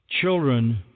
children